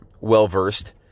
well-versed